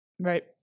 Right